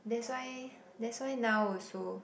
that's why that's why now also